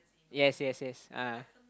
yes yes yes ah